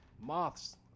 moths